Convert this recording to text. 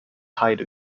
heide